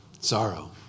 Sorrow